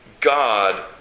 God